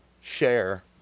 share